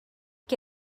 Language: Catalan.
què